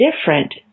different